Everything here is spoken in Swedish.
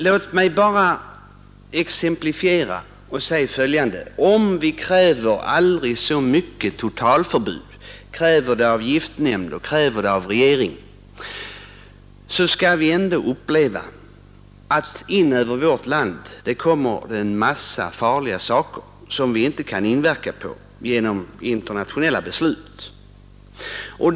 Låt mig exemplifiera med att säga följande: Om vi kräver aldrig så många totalförbud av giftnämnden och regeringen skall vi ändå uppleva att det kommer en mängd farliga gifter in i vårt land, vilkas användande vi genom internationella beslut inte kan påverka.